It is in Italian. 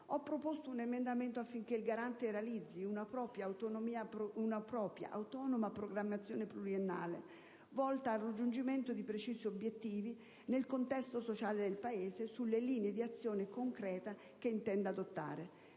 ho proposto un emendamento affinché il Garante realizzi una propria autonoma programmazione pluriennale volta al raggiungimento di precisi obiettivi, nel contesto sociale del Paese, sulle linee di azione concreta che intende adottare,